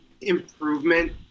improvement